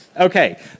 Okay